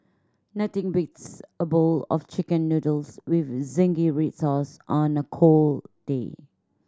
nothing beats a bowl of Chicken Noodles with zingy red sauce on a cold day